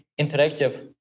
interactive